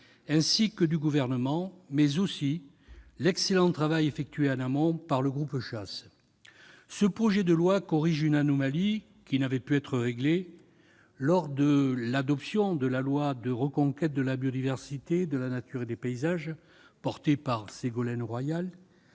ainsi que du Gouvernement, mais aussi l'excellent travail effectué en amont par le groupe d'études « Chasse et pêche ». Ce projet de loi corrige une anomalie qui n'avait pu être réglée lors de l'adoption de loi pour la reconquête de la biodiversité, de la nature et des paysages, portée par Ségolène Royal,